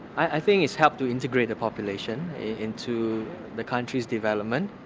i think it's helped to integrate the population into the country's development.